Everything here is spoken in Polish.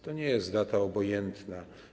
To nie jest data obojętna.